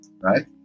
right